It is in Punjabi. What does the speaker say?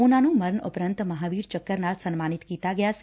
ਉਨੂਾ ਨੂੰ ਮਰਨ ਉਪਰੰਤ ਮਹਾਵੀਰ ਚੱਕਰ ਨਾਲ ਸਨਮਾਨਿਤ ਕੀਤਾ ਗਿਆ ਸੀ